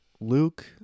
Luke